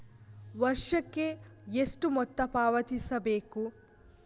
ವರ್ಷಕ್ಕೆ ಎಷ್ಟು ಮೊತ್ತ ಪಾವತಿಸಬೇಕು?